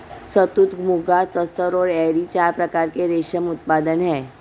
शहतूत, मुगा, तसर और एरी चार प्रकार के रेशम उत्पादन हैं